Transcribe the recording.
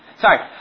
sorry